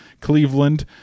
Cleveland